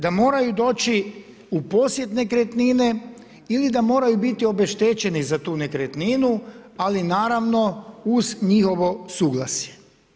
Da moraju doći u posjed nekretnine ili da moraju biti obeštećeni za tu nekretninu, ali naravno uz njihovo suglasje.